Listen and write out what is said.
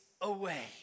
Away